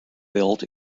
built